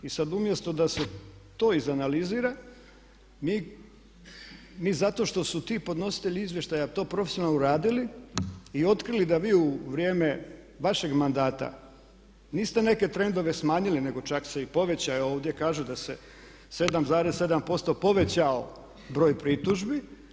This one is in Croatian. I sada umjesto da se to izanalizira, mi zato što su ti podnositelji izvještaja to profesionalno uradili i otkrili da vi u vrijeme vašeg mandata niste neke trendove smanjili nego čak se i povećao evo, ovdje, kažu da se 7,7% povećao broj pritužbi.